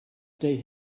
stay